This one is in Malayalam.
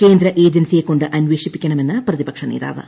കേന്ദ്ര ഏജൻസിയെക്കൊണ്ട് അന്വേഷിപ്പിക്കണമെന്ന് പ്രതിപക്ഷ നേതാവ്